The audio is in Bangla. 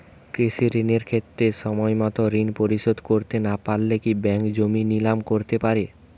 কৃষিঋণের ক্ষেত্রে সময়মত ঋণ পরিশোধ করতে না পারলে কি ব্যাঙ্ক জমি নিলাম করতে পারে?